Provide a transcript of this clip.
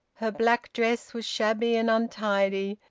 her black dress was shabby and untidy,